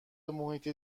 محیط